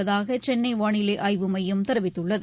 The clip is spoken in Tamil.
உள்ளதாக சென்னை வானிலை ஆய்வு மையம் தெரிவித்துள்ளது